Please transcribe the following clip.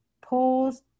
pause